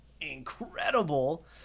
incredible